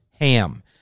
ham